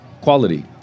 quality